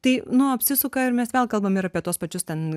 tai nu apsisuka ir mes vėl kalbam ir apie tuos pačius ten